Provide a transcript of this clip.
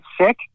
sick